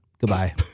Goodbye